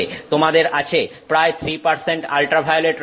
তোমাদের আছে প্রায় 3 আল্ট্রাভায়োলেট রশ্মি